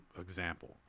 example